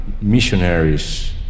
missionaries